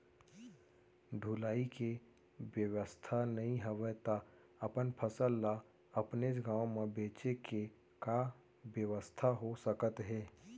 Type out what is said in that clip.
ढुलाई के बेवस्था नई हवय ता अपन फसल ला अपनेच गांव मा बेचे के का बेवस्था हो सकत हे?